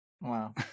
Wow